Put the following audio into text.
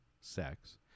sex